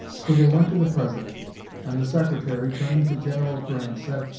so they went to the president and the secretary, turning to general grant, said,